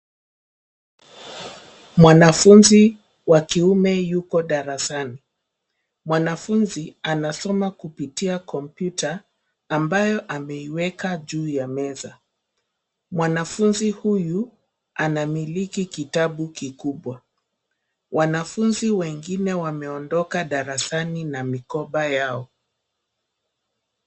Mwanafunzi wa kiume yuko darasani. Mwanafunzi anasoma kupitia kompyuta, ambayo ameiweka juu ya meza. Mwanafunzi huyu, anamiliki kitabu kikubwa. Wanafunzi wengine wameondoka darasani na mikoba yao.